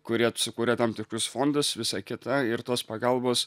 kurie sukurė tam tikrus fondus visą kitą ir tos pagalbos